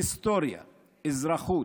היסטוריה, אזרחות,